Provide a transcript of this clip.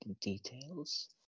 details